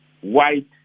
white